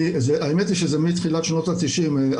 האמת היא שזה מתחילת שנות ה-90,